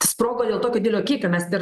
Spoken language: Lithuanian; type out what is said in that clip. sprogo dėl tokio didelio kiekio mes per